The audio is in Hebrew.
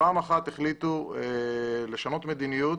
פעם אחת החליטו לשנות מדיניות,